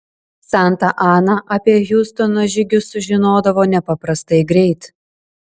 santa ana apie hiustono žygius sužinodavo nepaprastai greit